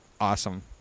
awesome